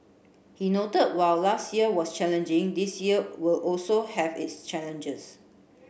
he noted while last year was challenging this year will also have its challenges